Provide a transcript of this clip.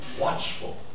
watchful